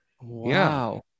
wow